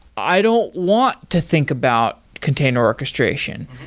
i don't want to think about container orchestration.